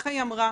ככה היא אמרה.